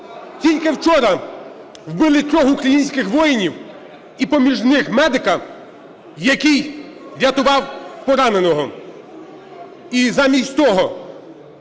Тільки вчора вбили трьох українських воїнів і поміж них медика, який рятував пораненого. І замість того,